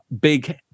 big